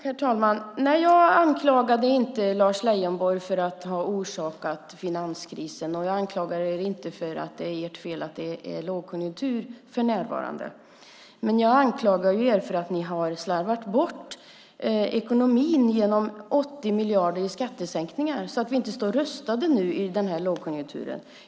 Herr talman! Nej, jag anklagade inte Lars Leijonborg för att ha orsakat finanskrisen, och jag anklagade er inte för att det är ert fel att det är lågkonjunktur för närvarande. Men jag anklagar er för att ni har slarvat bort ekonomin genom 80 miljarder i skattesänkningar så att ni inte står rustade nu i den här lågkonjunkturen.